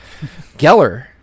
Geller